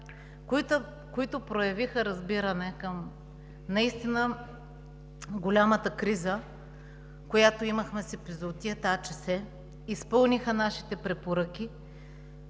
лятото проявиха разбиране към наистина голямата криза, която имахме с епизоотията АЧС, и изпълниха нашите препоръки.